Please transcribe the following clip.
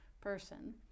person